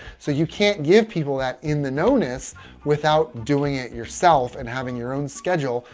so you can't give people that in-the-knownness without doing it yourself and having your own schedule,